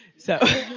so